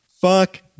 fuck